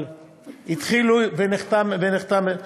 אבל התחילו, ונחתם.